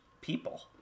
people